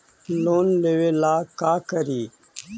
Loan लेबे ला का करि?